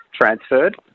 transferred